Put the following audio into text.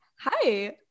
Hi